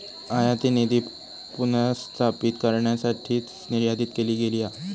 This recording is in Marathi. आयातनीती पुनर्स्थापित करण्यासाठीच निर्धारित केली गेली हा